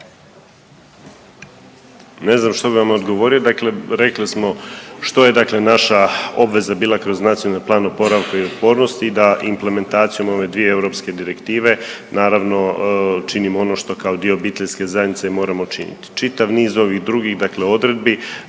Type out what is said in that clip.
Ne znam što bi vam odgovorio, dakle rekli smo što je dakle naša obveza bila kroz NPOO i da implementacijom ove dvije europske direktive naravno činimo ono što kao dio obiteljske zajednice moramo činiti. Čitav niz ovih drugih dakle odredbi